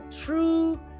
true